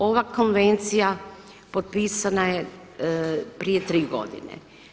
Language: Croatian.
Ova konvencija potpisana je prije 3 godine.